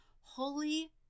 Holy